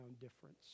difference